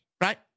right